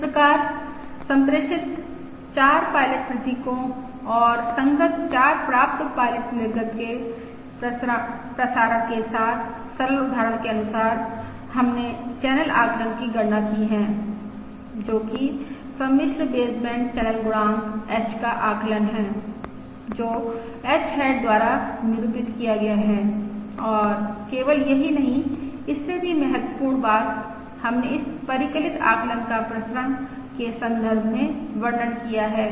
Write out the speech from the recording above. इस प्रकार सम्प्रेषित 4 पायलट प्रतीकों और संगत 4 प्राप्त पायलट निर्गत के प्रसारण के साथ सरल उदाहरण के अनुसार हमने चैनल आकलन की गणना की है जो कि सम्मिश्र बेसबैंड चैनल गुणांक H का आकलन है जो H हैट द्वारा निरूपित किया गया है और केवल यही नहीं इससे भी महत्वपूर्ण बात हमने इस परिकलित आकलन का प्रसरण के संदर्भ में वर्णन किया है